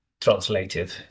translated